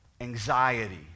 anxiety